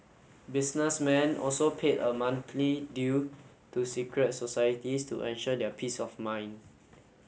businessmen also paid a monthly due to secret societies to ensure their peace of mind